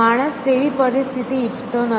માણસ તેવી પરિસ્થિતિ ઇચ્છતો નથી